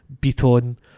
Beaton